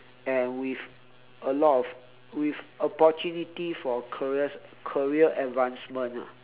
and with a lot of with opportunities for a career career advancement ah